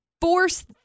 force